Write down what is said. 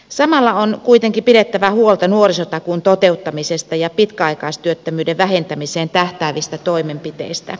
samalla on kuitenkin pidettävä huolta nuorisotakuun toteuttamisesta ja pitkäaikaistyöttömyyden vähentämiseen tähtäävistä toimenpiteistä